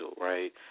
right